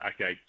Okay